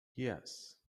yes